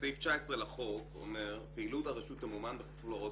סעיף 19 לחוק אומר: פעילות הרשות תמומן בכפוף להוראות